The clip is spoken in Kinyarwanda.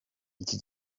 iki